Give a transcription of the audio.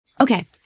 Okay